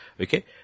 Okay